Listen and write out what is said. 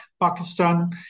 Pakistan